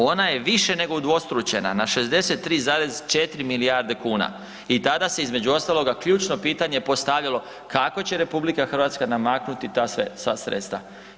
Ona je i više nego udvostručena, na 63,4 milijarde kuna i tada se između ostaloga ključno pitanje postavljalo kako će RH namaknuti ta sva sredstva.